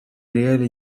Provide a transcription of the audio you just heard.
реалии